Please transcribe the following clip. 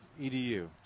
EDU